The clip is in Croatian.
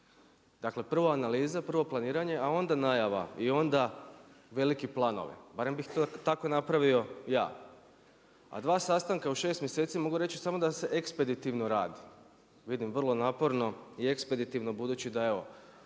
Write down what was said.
Dakle prvo analiza, prvo planiranje a onda najava i onda veliki planovi. Barem bih to tako napravio ja. A dva sastanka u 6 mjeseci, mogu reći samo da se ekspeditivno radi. Vidim vrlo naporno i ekspeditivno budući da evo,